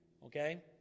Okay